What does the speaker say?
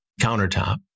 countertop